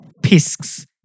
pisks